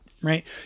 right